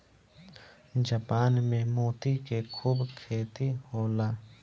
Japan में मोती के खूब खेती होला